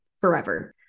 forever